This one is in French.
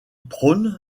prône